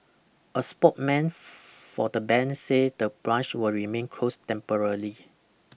a spokeman for the bank say the branch will remain closed temporarily